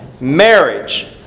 marriage